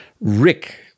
Rick